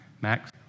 Max